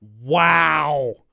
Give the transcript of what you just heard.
Wow